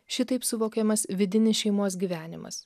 šitaip suvokiamas vidinis šeimos gyvenimas